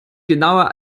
genauer